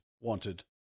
wanted